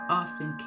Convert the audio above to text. often